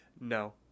No